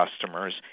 customers